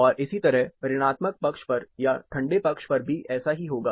और इसी तरह ऋणात्मक पक्ष पर या ठंडे पक्ष पर भी ऐसा ही होगा